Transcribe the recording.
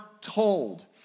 told